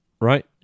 right